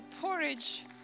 porridge